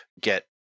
get